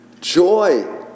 joy